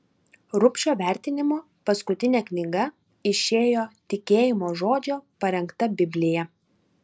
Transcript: rubšio vertimo paskutinė knyga išėjo tikėjimo žodžio parengta biblija